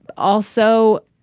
also